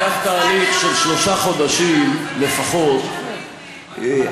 ייקח תהליך של שלושה חודשים לפחות עד